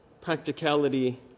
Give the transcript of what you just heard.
practicality